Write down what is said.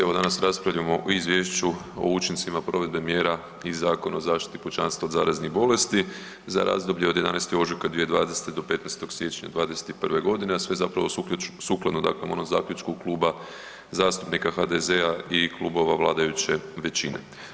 Evo danas raspravljamo o Izvješću o učincima provedbe mjera iz Zakona o zaštiti pučanstva od zaraznih bolesti za razdoblje od 11. ožujka 202. do 15. siječnja 2021. a sve za pravo sukladno dakle onom zaključku Kluba zastupnika HDZ-a i klubova vladajuće većine.